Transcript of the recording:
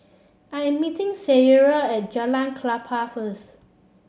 I am meeting Sierra at Jalan Klapa first